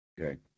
okay